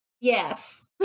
Yes